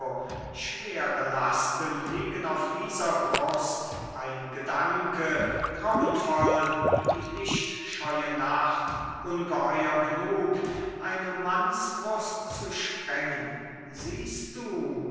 schwere lasten liegen auf dieser brust ein gedanke grauenvoll wie die lichtscheue nacht ungeheuer genug eine mannsbrust zu sprengen siehst du